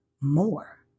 more